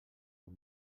bon